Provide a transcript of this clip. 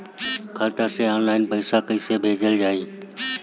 खाता से ऑनलाइन पैसा कईसे भेजल जाई?